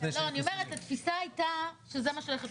התפיסה הייתה שזה מה שהולך להיות.